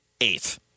eighth